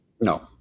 No